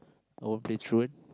okay throw it